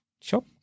shop